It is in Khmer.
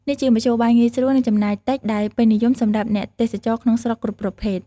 នេះជាមធ្យោបាយងាយស្រួលនិងចំណាយតិចដែលពេញនិយមសម្រាប់អ្នកទេសចរក្នុងស្រុកគ្រប់ប្រភេទ។